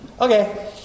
Okay